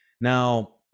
Now